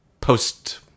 post